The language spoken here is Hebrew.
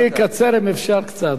ואפילו לא שמעת.